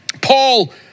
Paul